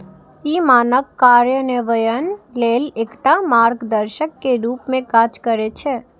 ई मानक कार्यान्वयन लेल एकटा मार्गदर्शक के रूप मे काज करै छै